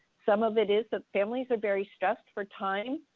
some of it is that families are very stressed for time.